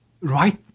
right